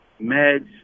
meds